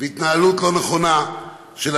וההתנהלות של הנהגים